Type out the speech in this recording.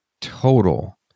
total